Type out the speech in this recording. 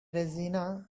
regina